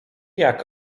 jak